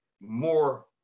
more